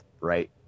right